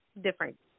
different